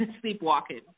sleepwalking